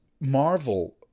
marvel